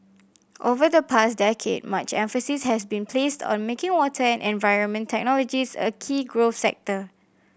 over the past decade much emphasis has been placed on making water and environment technologies a key growth sector